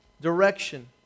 direction